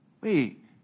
wait